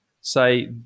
say